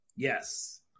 Yes